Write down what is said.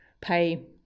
pay